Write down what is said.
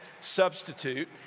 substitute